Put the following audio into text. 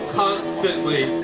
constantly